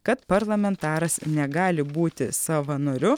kad parlamentaras negali būti savanoriu